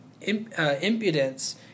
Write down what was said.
impudence